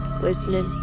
listening